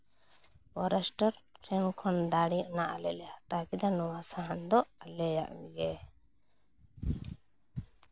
forester ᱴᱷᱮᱱ ᱠᱷᱚᱱ ᱫᱟᱲᱮ ᱚᱱᱟ ᱟᱞᱮ ᱞᱮ ᱦᱟᱛᱟᱣ ᱠᱮᱫᱟ ᱱᱚᱣᱟ ᱥᱟᱦᱟᱱ ᱫᱚ ᱟᱞᱮᱭᱟᱜ ᱜᱮ